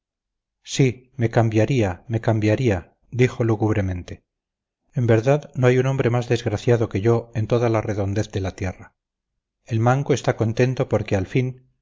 sí me cambiaría me cambiaría dijo lúgubremente en verdad no hay un hombre más desgraciado que yo en toda la redondez de la tierra el manco está contento porque al fin